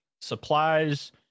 supplies